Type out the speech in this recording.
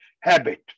habit